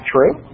True